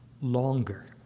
longer